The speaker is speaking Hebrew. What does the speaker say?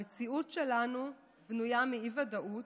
המציאות שלנו בנויה מאי-ודאות,